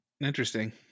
Interesting